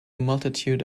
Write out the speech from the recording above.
multitude